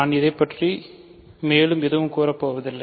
நான் இதைப் பற்றி மேலும் எதுவும் கூற போவதில்லை